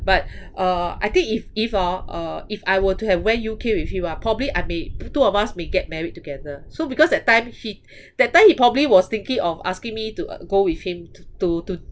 but uh I think if if hor uh if I were to have went U_K with him ah probably I may two of us may get married together so because that time he that time he probably was thinking of asking me to uh go with him to to to